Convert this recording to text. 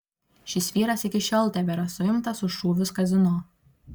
šis vyras iki šiol tebėra suimtas už šūvius kazino